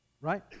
Right